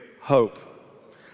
Hope